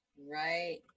right